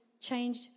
changed